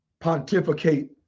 pontificate